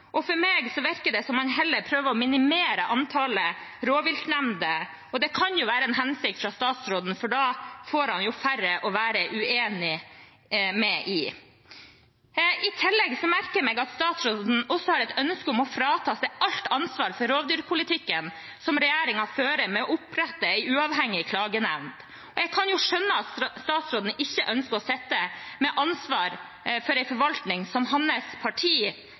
og for meg virker det som man heller prøver å minimere antallet rovviltnemnder. Det kan jo være med hensikt fra statsrådens side, for da får han færre å være uenig med. I tillegg merker jeg meg at statsråden også har et ønske om å frasi seg alt ansvar for rovdyrpolitikken som regjeringen fører, ved å opprette en uavhengig klagenemnd. Jeg kan skjønne at statsråden ikke ønsker å sitte med ansvar for en forvaltning som hans parti